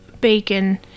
bacon